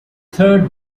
third